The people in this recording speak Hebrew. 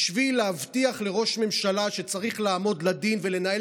בשביל להבטיח לראש ממשלה שצריך לעמוד לדין ולנהל